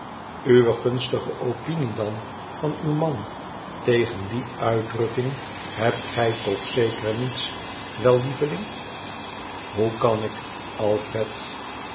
uwe gunstige opinie dan van uw man tegen die uitdrukking hebt gij toch zeker niets wel lieveling hoekanik alfred